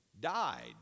died